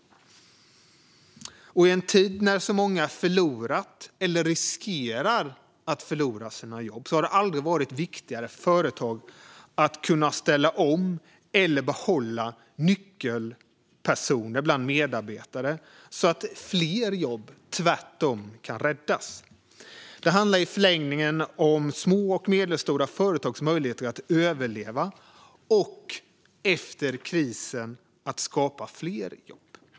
I en tid när så många förlorat eller riskerar att förlora sina jobb har det aldrig varit viktigare för företag att kunna ställa om eller behålla nyckelpersoner bland medarbetare så att fler jobb tvärtom kan räddas. Det handlar i förlängningen om små och medelstora företags möjlighet att överleva och efter krisen skapa fler jobb.